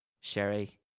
Sherry